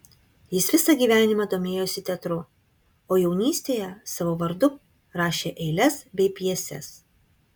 jis visą gyvenimą domėjosi teatru o jaunystėje savo vardu rašė eiles bei pjeses